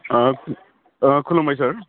अ खुलुमबाय सार